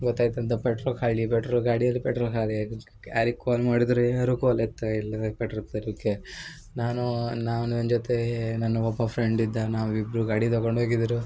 ಗೊತೈತು ಅಂತ ಪೆಟ್ರೋಲ್ ಖಾಲಿ ಪೆಟ್ರೋ ಗಾಡಿಯಲ್ಲಿ ಪೆಟ್ರೋಲ್ ಖಾಲಿ ಆಗಿದ್ಕೆ ಯಾರಿಗೆ ಕಾಲ್ ಮಾಡಿದರೂ ಯಾರೂ ಕಾಲ್ ಎತ್ತಾ ಇಲ್ಲ ಪೆಟ್ರೋಲ್ ತರಲಿಕ್ಕೆ ನಾನು ನಾವು ನನ್ನ ಜೊತೆ ನನ್ನ ಒಬ್ಬ ಫ್ರೆಂಡಿದ್ದ ನಾವಿಬ್ಬರು ಗಾಡಿ ತೊಗೊಂಡು ಹೋಗಿದ್ರು